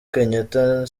kenyatta